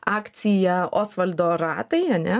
akciją osvaldo ratai ane